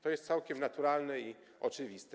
To jest całkiem naturalne i oczywiste.